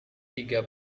tiga